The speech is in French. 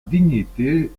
dignité